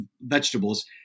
vegetables